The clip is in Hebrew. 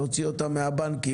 להוציא אותם מהבנקים,